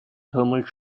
thermal